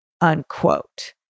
Unquote